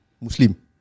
Muslim